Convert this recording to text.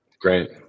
Great